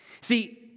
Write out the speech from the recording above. See